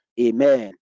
Amen